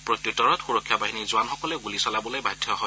প্ৰত্যুত্তৰত সুৰক্ষা বাহিনীৰ জোৱানসকলেও গুলী চলাবলৈ বাধ্য হয়